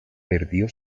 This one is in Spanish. perdió